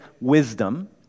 wisdom